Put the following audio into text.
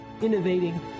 innovating